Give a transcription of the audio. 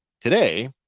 Today